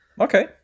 Okay